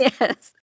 Yes